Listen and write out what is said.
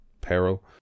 Peril